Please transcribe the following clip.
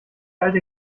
alte